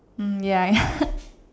mmhmm ya ya